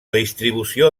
distribució